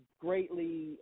greatly